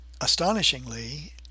Astonishingly